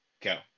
Go